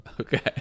Okay